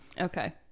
Okay